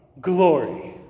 glory